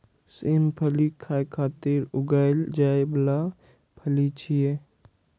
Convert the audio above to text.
सेम फली खाय खातिर उगाएल जाइ बला फली छियै